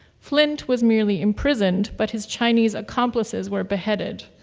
flint was merely imprisoned but his chinese accomplices were beheaded.